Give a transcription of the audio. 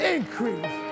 Increase